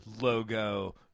logo